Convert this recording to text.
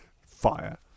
fire